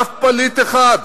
אף פליט אחד.